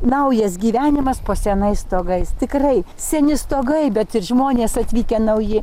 naujas gyvenimas po senais stogais tikrai seni stogai bet ir žmonės atvykę nauji